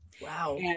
Wow